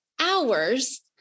hours